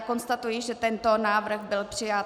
Konstatuji, že tento návrh byl přijat.